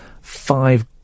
five